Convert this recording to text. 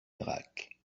irak